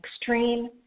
extreme